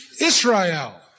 Israel